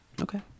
Okay